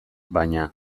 baina